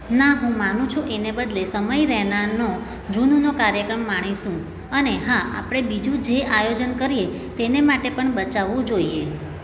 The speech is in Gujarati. ના હું માનું છું એને બદલે સમય રૈનાનો જૂનનો કાર્યક્રમ માણીશું અને હા આપણે બીજું જે આયોજન કરીએ તેને માટે પણ બચાવવું જોઈએ